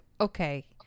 okay